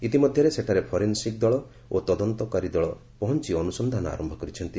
ଇତିମଧ୍ୟରେ ସେଠାରେ ଫରେନ୍ସିକ୍ ଦଳ ଓ ତଦନ୍ତକାରୀ ଦଳ ପହଞ୍ଚି ଅନୁସନ୍ଧାନ ଆରମ୍ଭ କରିଛନ୍ତି